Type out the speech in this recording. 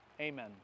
Amen